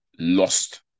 Lost